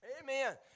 Amen